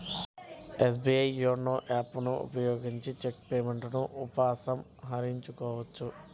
SBI YONO app ను ఉపయోగించిన check payment ఉపసంహరించుకోవచ్చు